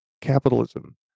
capitalism